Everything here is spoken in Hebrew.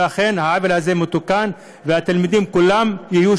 שאכן העוול הזה מתוקן והתלמידים כולם יהיו